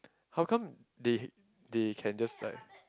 how come they they can just like